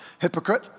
Hypocrite